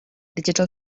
digital